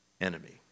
enemy